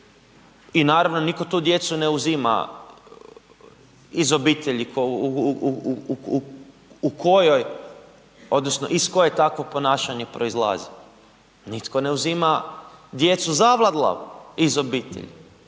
i naravno nitko tu djecu ne uzima iz obitelji u kojoj odnosno iz koje takvo ponašanje proizlazi. Nitko ne uzima djecu Zavadlavu iz obitelji,